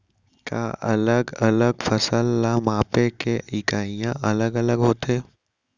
का अलग अलग फसल ला मापे के इकाइयां अलग अलग होथे?